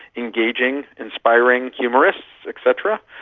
engaging, inspiring, humorous et cetera,